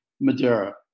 Madeira